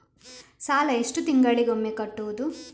ಸಾಲ ಎಷ್ಟು ತಿಂಗಳಿಗೆ ಒಮ್ಮೆ ಕಟ್ಟುವುದು?